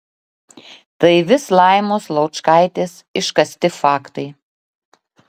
tai vis laimos laučkaitės iškasti faktai